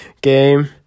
game